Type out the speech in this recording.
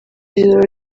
ijoro